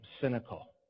cynical